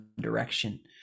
Direction